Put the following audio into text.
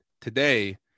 today